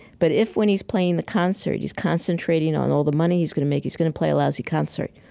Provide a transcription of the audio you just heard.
but if when he's playing the concert he's concentrating on all of the money he's going to make, he's going to play a lousy concert.